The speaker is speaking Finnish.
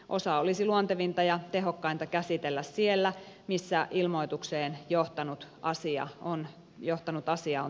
osa olisi luontevinta ja tehokkainta käsitellä siellä missä ilmoitukseen johtanut asia on tapahtunut